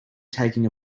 taking